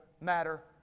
matter